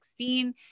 2016